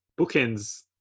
bookends